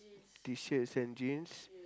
T-shirts and jeans